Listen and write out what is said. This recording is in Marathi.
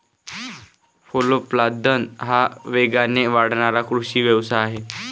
फलोत्पादन हा वेगाने वाढणारा कृषी व्यवसाय आहे